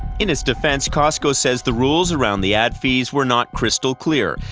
in it's defence, costco says the rules around the ad fees were not crystal-clear,